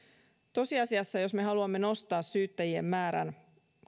tosiasiassa jos me haluamme nostaa syyttäjien määrän